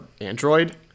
android